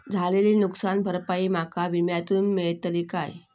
झालेली नुकसान भरपाई माका विम्यातून मेळतली काय?